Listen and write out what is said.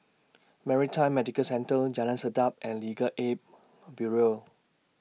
Maritime Medical Centre Jalan Sedap and Legal Aid Bureau